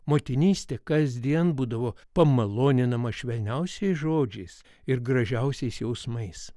motinystė kasdien būdavo pamaloninama švelniausiais žodžiais ir gražiausiais jausmais